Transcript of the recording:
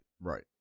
Right